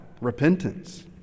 repentance